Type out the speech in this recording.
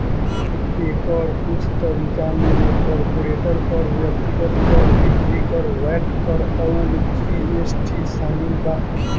एकर कुछ तरीका में कॉर्पोरेट कर, व्यक्तिगत कर, बिक्री कर, वैट अउर जी.एस.टी शामिल बा